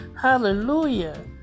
Hallelujah